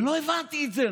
לא הבנתי את זה.